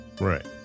right